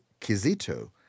Kizito